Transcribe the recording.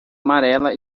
amarela